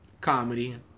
comedy